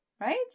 right